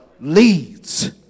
leads